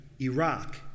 Iraq